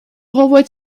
renvoie